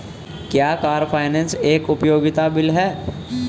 क्या car finance एक उपयोगिता बिल है?